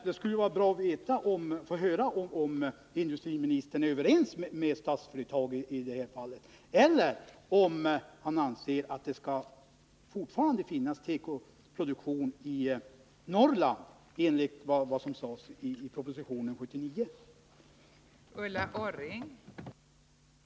Det skulle vara bra att få höra här om industriministern är överens med Statsföretag i det här fallet, eller om han anser att det fortfarande skall finnas tekoproduktion i Norrland enligt vad som sades i proposition 1979/80:79.